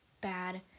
bad